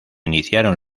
iniciaron